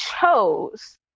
chose